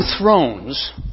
thrones